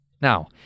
Now